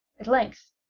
at length,